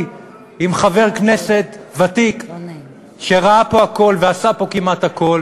עם חבר כנסת ותיק שראה פה הכול ועשה פה כמעט הכול